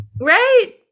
Right